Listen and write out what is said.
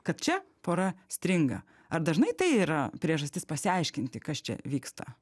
kad čia pora stringa ar dažnai tai yra priežastis pasiaiškinti kas čia vyksta